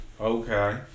Okay